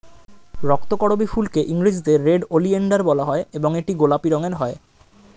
রক্তকরবী ফুলকে ইংরেজিতে red oleander বলা হয় এবং এটি গোলাপি রঙের হয়